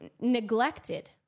neglected